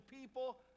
people